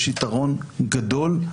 יש יתרון גדול,